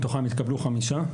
מתוכם התקבלו חמישה,